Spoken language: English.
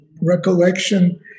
recollection